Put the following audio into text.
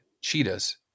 cheetahs